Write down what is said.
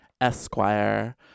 Esquire